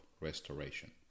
restoration